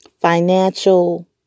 financial